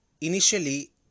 Initially